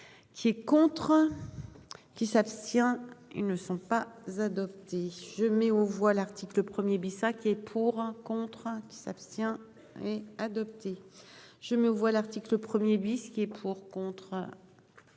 Qui est contre. Qui s'abstient. Ils ne sont pas adoptés je mets aux voix l'article 1er Bissa qui est pour un contrat qui s'abstient oui adopté je me vois l'article 1er bis qui est pour contre.